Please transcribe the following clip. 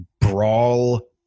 brawl